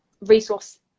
resource